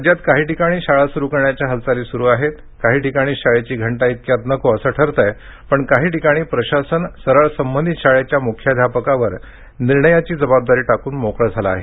राज्यात काही ठिकाणी शाळा सुरू करण्याच्या हालचाली सुरू आहेत काही ठिकाणी शाळेची घंटा इतक्यात नको असं ठरतंय पण काही ठिकाणी प्रशासन सरळ संबंधित शाळेच्या मुख्याध्यापकावर निर्णयाची जबाबदारी टाकून मोकळं झालं आहे